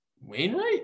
Wainwright